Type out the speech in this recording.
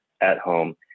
at-home